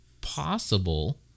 possible